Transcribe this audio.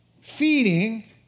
feeding